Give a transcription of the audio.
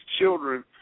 children